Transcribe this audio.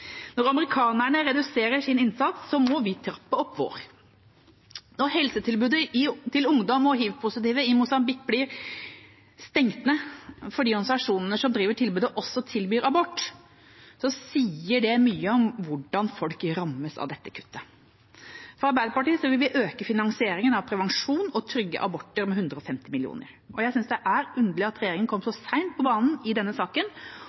Når amerikanerne reduserer sin innsats, må vi trappe opp vår. Når helsetilbudet til ungdom og hiv-positive i Mosambik blir stengt ned fordi organisasjonene som driver tilbudet, også tilbyr abort, sier det mye om hvordan folk rammes av dette kuttet. Fra Arbeiderpartiet vil vi øke finansieringen av prevensjon og trygge aborter med 150 mill. kr. Jeg synes det er underlig at regjeringen kom så sent på banen i denne saken,